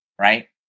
right